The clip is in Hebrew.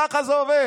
ככה זה עובד